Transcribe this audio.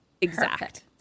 exact